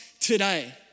today